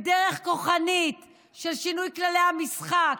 בדרך כוחנית של שינוי כללי המשחק